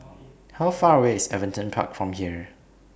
How Far away IS Everton Park from here